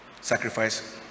Sacrifice